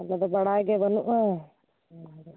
ᱟᱞᱮ ᱫᱚ ᱵᱟᱲᱟᱭ ᱜᱮ ᱵᱟᱹᱱᱩᱜᱼᱟ